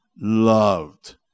loved